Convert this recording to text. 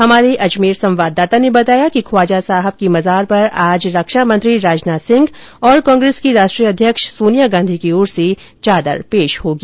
हमारे संवाददाता ने बताया कि ख्वाजा साहब की मजार पर आज रक्षा मंत्री राजनाथ सिंह और कांग्रेस की राष्ट्रीय अध्यक्ष सोनिया गांधी की ओर चादर पेश होगी